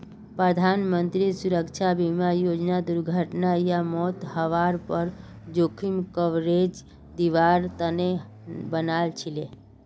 प्रधानमंत्री सुरक्षा बीमा योजनाक दुर्घटना या मौत हवार पर जोखिम कवरेज दिवार तने बनाल छीले